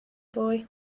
boy